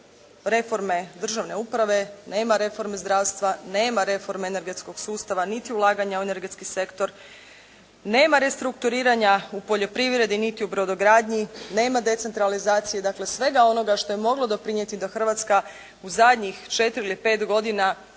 reforme državne uprave, nema reforme zdravstva, nema reforme energetskog sustava niti ulaganja u energetski sektor. Nema restrukturiranja u poljoprivredi niti u brodogradnji. Nema decentralizacije, dakle svega onoga što je moglo doprinijeti da Hrvatska u zadnjih 4 ili 5 godina